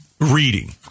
reading